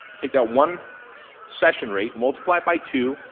take that one session rate, multiply by two,